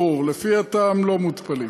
לא ברור, לפי הטעם לא מותפלים.